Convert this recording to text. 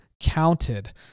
counted